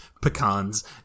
pecans